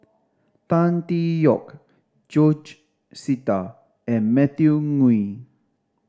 Tan Tee Yoke George Sita and Matthew Ngui